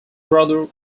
brother